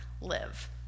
live